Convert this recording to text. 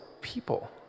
people